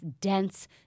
dense